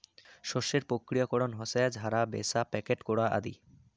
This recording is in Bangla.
শস্য প্রক্রিয়াকরণ হসে ঝাড়া, ব্যাছা, প্যাকেট করা আদি